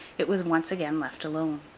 it was once again left alone.